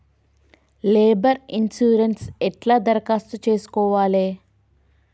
Labour insurance ఎట్ల దరఖాస్తు చేసుకోవాలే?